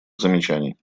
замечаний